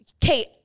Kate